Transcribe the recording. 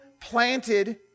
planted